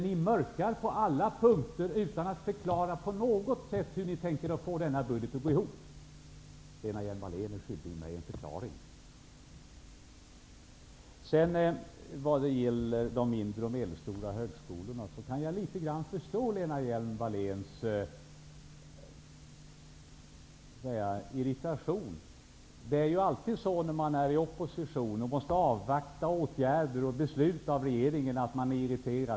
Ni mörkar på alla punkter utan att förklara på något sätt hur ni tänker er att denna budget skall gå ihop. Lena Hjelm-Wallén är skyldig mig en förklaring. Vidare har vi frågan om de mindre och medelstora högskolorna. Jag kan litet grand förstå Lena Hjelm-Walléns irritation. I opposition måste man avvakta åtgärder och beslut av regeringen.